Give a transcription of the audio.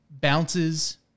bounces